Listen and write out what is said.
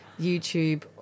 YouTube